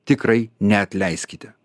tikrai neatleiskite